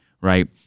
right